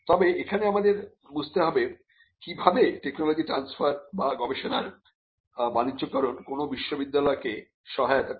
তবে এখানে আমাদের বুঝতে হবে কিভাবে টেকনোলজি ট্রান্সফার বা গবেষণার বাণিজ্যকরণ কোনো বিশ্ববিদ্যালয়কে সহায়তা করে